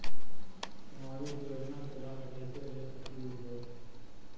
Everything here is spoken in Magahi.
सामाजिक योजना के लाभ कैसे ले सकली हे?